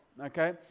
Okay